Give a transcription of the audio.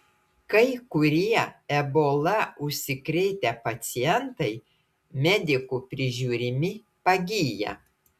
kai kurie ebola užsikrėtę pacientai medikų prižiūrimi pagyja